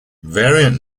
variant